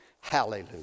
Hallelujah